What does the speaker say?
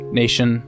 nation